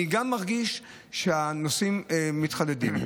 אני גם מרגיש שהנושאים מתחדדים.